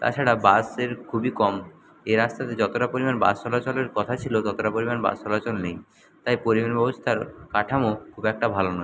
তাছাড়া বাসের খুবই কম এ রাস্তাতে যতোটা পরিমাণ বাস চলাচলের কথা ছিলো ততোটা পরিমাণ বাস চলাচল নেই তাই পরিবহন ব্যবস্থার কাঠামো খুব একটা ভালো নয়